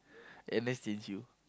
N_S change you